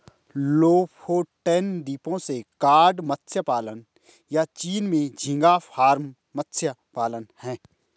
Lofoten द्वीपों से cod मत्स्य पालन, या चीन में झींगा फार्म मत्स्य पालन हैं